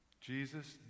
Jesus